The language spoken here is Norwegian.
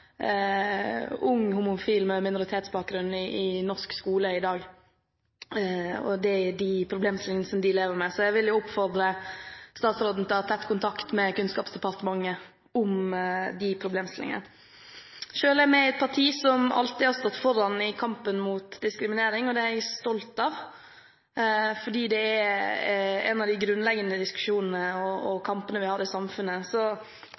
ung homofil med minoritetsbakgrunn i norsk skole i dag, og de problemstillingene man lever med der. Jeg vil oppfordre statsråden til å ha tett kontakt med Kunnskapsdepartementet om disse problemstillingene. Selv er jeg med i et parti som alltid har stått foran i kampen mot diskriminering, og det er jeg stolt av, for det er en av de grunnleggende diskusjonene og kampene vi har i samfunnet.